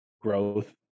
growth